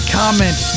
comment